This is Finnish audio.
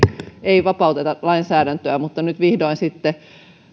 ei vapauteta lainsäädäntöä mutta nyt sitten vihdoin